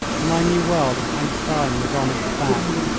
and i knew well that count stein was on its back.